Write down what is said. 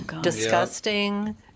disgusting